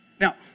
Now